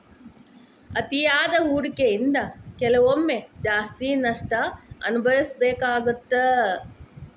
ಅತಿಯಾದ ಹೂಡಕಿಯಿಂದ ಕೆಲವೊಮ್ಮೆ ಜಾಸ್ತಿ ನಷ್ಟ ಅನಭವಿಸಬೇಕಾಗತ್ತಾ